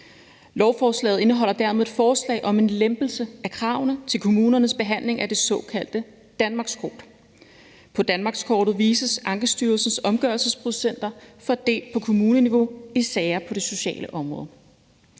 Lovforslaget indeholder dermed et forslag om en lempelse af kravene til kommunernes behandling af det såkaldte danmarkskort. På danmarkskortet vises Ankestyrelsens omgørelsesprocenter fordelt på kommuneniveau i sager på det sociale område.